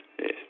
Yes